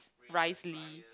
Reyes-Lee